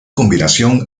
combinación